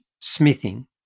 smithing